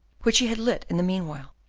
which she had lit in the meanwhile,